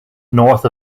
north